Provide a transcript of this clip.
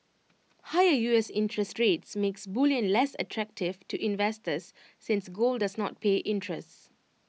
higher U S interest rates makes bullion less attractive to investors since gold does not pay interests